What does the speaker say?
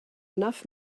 enough